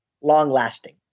long-lasting